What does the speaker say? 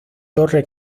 torre